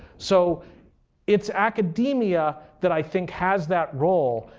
so it's academia that i think has that role,